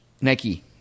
Nike